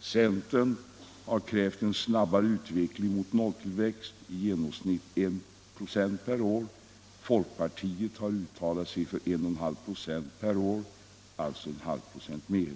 Centern har krävt en snabbare utveckling mot nolltillväxt, i genomsnitt I 96 per år. Folkpartiet har uttalat sig för 1,5 96 per år, alltså 0,5 96 mer.